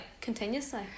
continuously